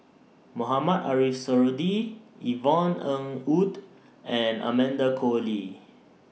Mohamed Ariff Suradi Yvonne Ng Uhde and Amanda Koe Lee